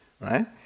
right